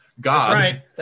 God